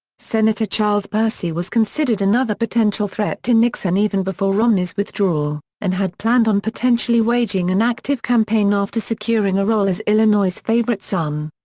senator charles percy was considered another potential threat to nixon even before romney's withdrawal, and had planned on potentially waging an active campaign after securing a role as illinois's favorite son.